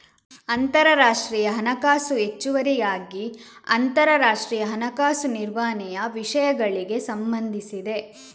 ಅಂತರರಾಷ್ಟ್ರೀಯ ಹಣಕಾಸು ಹೆಚ್ಚುವರಿಯಾಗಿ ಅಂತರರಾಷ್ಟ್ರೀಯ ಹಣಕಾಸು ನಿರ್ವಹಣೆಯ ವಿಷಯಗಳಿಗೆ ಸಂಬಂಧಿಸಿದೆ